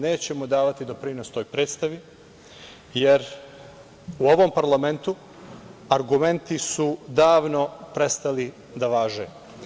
Nećemo davati doprinos toj predstavi, jer u ovom parlamentu argumenti su davno prestali da važe.